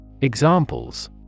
Examples